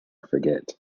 forget